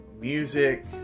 music